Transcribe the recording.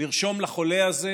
לרשום לחולה הזה,